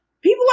people